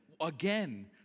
again